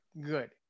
good